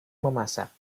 memasak